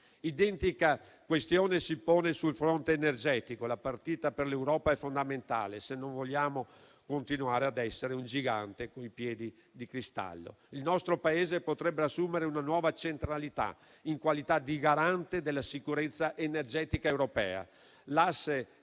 Identica questione si pone sul fronte energetico. La partita per l'Europa è fondamentale, se non vogliamo continuare ad essere un gigante coi piedi di cristallo. Il nostro Paese potrebbe assumere una nuova centralità in qualità di garante della sicurezza energetica europea.